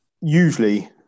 usually